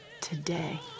today